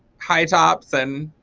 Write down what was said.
high tops and